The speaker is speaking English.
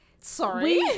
sorry